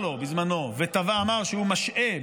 אמר לו שהוא משעה,